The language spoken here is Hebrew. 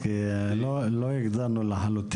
כן, כן, כבודו.